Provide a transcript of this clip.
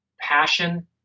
passion